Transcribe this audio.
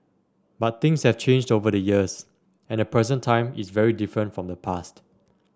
but things have changed over the years and the present time is very different from the past